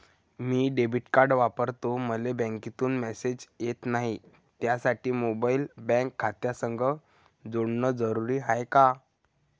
मी debit card वापरतो मले बँकेतून मॅसेज येत नाही, त्यासाठी मोबाईल बँक खात्यासंग जोडनं जरुरी हाय का?